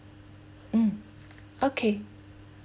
mm okay